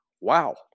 wow